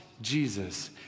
Jesus